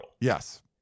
Yes